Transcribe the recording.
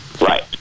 Right